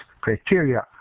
criteria